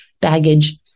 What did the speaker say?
baggage